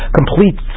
complete